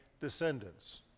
descendants